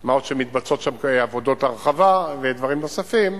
מה עוד שמתבצעות שם עבודות הרחבה ודברים נוספים.